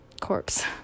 corpse